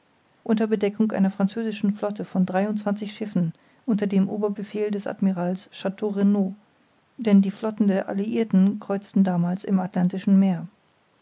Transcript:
unter bedeckung einer französischen flotte von dreiundzwanzig schiffen unter dem oberbefehl des admirals chateau renaud denn die flotten der alliirten kreuzten damals im atlantischen meer